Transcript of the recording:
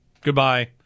goodbye